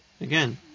Again